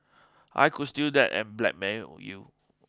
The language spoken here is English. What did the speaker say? I could steal that and blackmail you